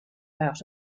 out